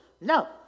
no